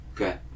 okay